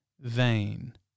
vain